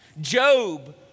Job